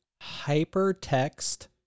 Hypertext